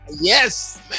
Yes